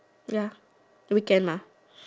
ya weekend mah